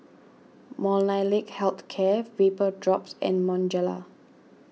Molnylcke Health Care Vapodrops and Bonjela